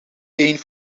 één